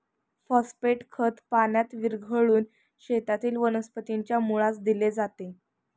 phosphate खत पाण्यात विरघळवून शेतातील वनस्पतीच्या मुळास दिले जाते